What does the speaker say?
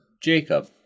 Jacob